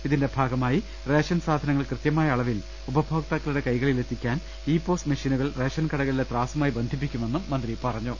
ഇതിന്റെ ഭാഗമായി റേഷൻ സാധനങ്ങൾ കൃത്യമായ അളവിൽ ഉപഭോക്താക്കളുടെ കൈകളിൽ എത്തിക്കാൻ ഇ പോസ് മെഷീനുകൾ റേഷൻ കടകളിലെ ത്രാസുമായി ബന്ധിപ്പിക്കുമെന്നും മന്ത്രി പറഞ്ഞു